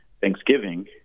Thanksgiving